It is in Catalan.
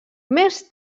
més